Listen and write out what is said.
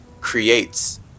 creates